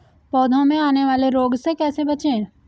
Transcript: पौधों में आने वाले रोग से कैसे बचें?